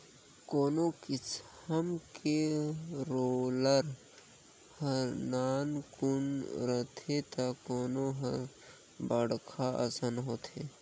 कोनो किसम के रोलर हर नानकुन रथे त कोनो हर बड़खा असन होथे